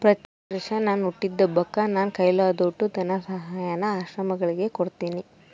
ಪ್ರತಿವರ್ಷ ನನ್ ಹುಟ್ಟಿದಬ್ಬಕ್ಕ ನಾನು ಕೈಲಾದೋಟು ಧನಸಹಾಯಾನ ಆಶ್ರಮಗುಳಿಗೆ ಕೊಡ್ತೀನಿ